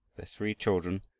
their three children,